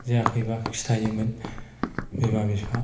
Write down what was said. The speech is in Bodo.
जायाखैबा खिथायोमोन बिमा बिफा